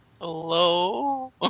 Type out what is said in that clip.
Hello